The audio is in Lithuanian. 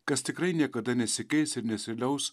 kas tikrai niekada nesikeis ir nesiliaus